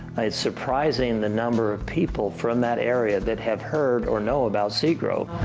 it's surprising the number of people from that area that have heard or know about seagrove.